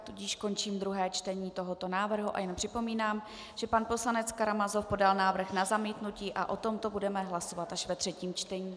Tudíž končím druhé čtení tohoto návrhu a jen připomínám, že pan poslanec Karamazov podal návrh na zamítnutí a o tomto budeme hlasovat až ve třetím čtení.